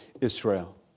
Israel